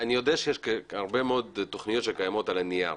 אני יודע שיש הרבה מאוד תוכניות שקיימות על הנייר.